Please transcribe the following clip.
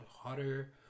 hotter